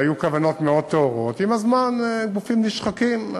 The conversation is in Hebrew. כוונות מאוד טהורות, ועם הזמן גופים נשחקים.